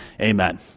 Amen